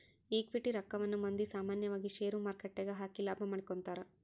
equity ರಕ್ಕವನ್ನ ಮಂದಿ ಸಾಮಾನ್ಯವಾಗಿ ಷೇರುಮಾರುಕಟ್ಟೆಗ ಹಾಕಿ ಲಾಭ ಮಾಡಿಕೊಂತರ